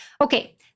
okay